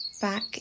back